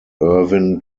irvin